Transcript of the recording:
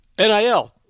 NIL